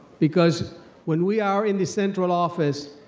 because when we are in the central office,